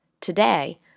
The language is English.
Today